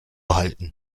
halten